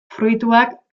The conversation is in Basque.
fruituak